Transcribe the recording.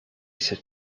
się